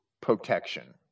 protection